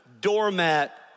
doormat